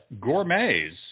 Gourmets